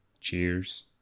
Cheers